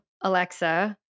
Alexa